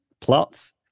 plots